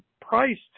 priced